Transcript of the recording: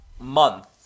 month